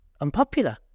unpopular